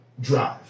drive